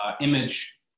image